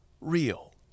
real